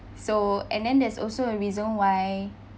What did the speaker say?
so and then there's also a reason why